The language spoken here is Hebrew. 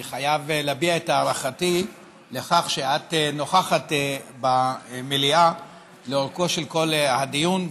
אני חייב להביע את הערכתי לכך שאת נוכחת במליאה לאורכו של כל הדיון,